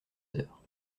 sœur